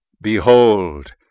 Behold